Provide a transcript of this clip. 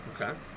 Okay